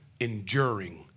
enduring